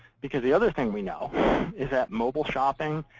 because the other thing we know is that mobile shopping,